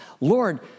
Lord